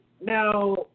now